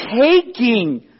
taking